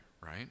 right